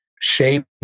shape